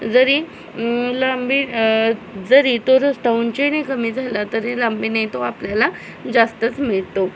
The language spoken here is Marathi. जरी लांबी जरी तो रस्त्या उंचीने कमी झाला तरी लांबीने तो आपल्याला जास्तच मिळतो